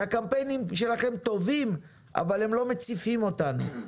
שהקמפיינים שלכם טובים, אבל הם לא מציפים אותנו.